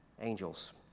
angels